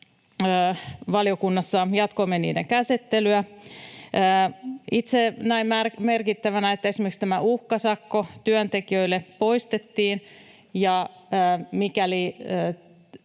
valiokunnassa jatkoimme niiden käsittelyä. Itse näin merkittävänä, että esimerkiksi uhkasakko työntekijöille poistettiin: mikäli